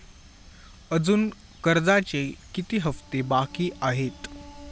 अजुन कर्जाचे किती हप्ते बाकी आहेत?